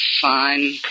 fine